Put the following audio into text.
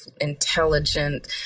intelligent